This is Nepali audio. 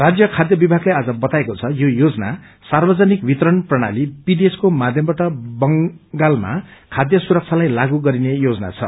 राज्य खाध्य विभागले आज बताएको छ योज योजना सार्वजनिक वितरण प्रणाली पीडिएस को माध्यमबाट बंगालमा खाध्य सुरक्षालाई लागू गरिने योजना छ